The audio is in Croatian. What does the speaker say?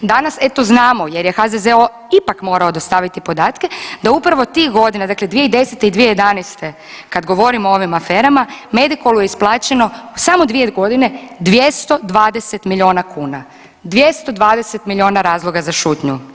Danas eto znamo jer je HZZO ipak morao dostaviti podatke da upravo tih godina dakle 2010. i 2011. kad govorim o ovim aferama Medikolu je isplaćeno u samo 2 godine 220 miliona kuna, 220 razloga za šutnju.